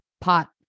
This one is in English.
pot